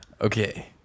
Okay